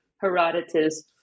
Herodotus